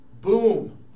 boom